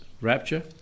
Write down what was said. rapture